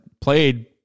played